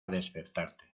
despertarte